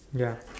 ya